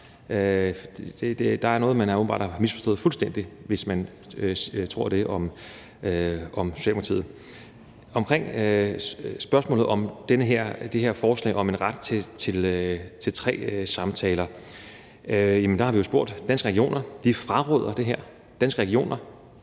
Der er noget, man åbenbart har misforstået fuldstændig, hvis man tror det om Socialdemokratiet. Med hensyn til spørgsmålet om det her forslag om en ret til tre samtaler vil jeg sige, at vi jo har spurgt Danske Regioner, og de fraråder det her – Danske Regioner